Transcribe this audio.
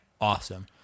awesome